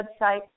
website